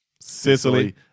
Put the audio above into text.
Sicily